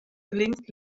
gelingt